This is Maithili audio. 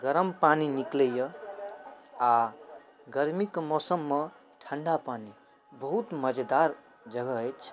गरम पानी निकलैए आओर गरमीके मौसममे ठण्डा पानी बहुत मजेदार जगह अछि